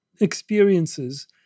experiences